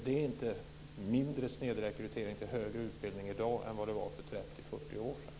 Det är inte mindre snedrekrytering till högre utbildning i dag än det var för 30-40 år sedan.